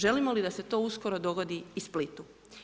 Želimo li da se to uskoro dogodi i Splitu.